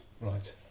Right